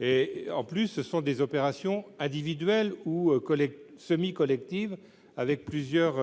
le gaz, avec des opérations individuelles ou semi-collectives entre plusieurs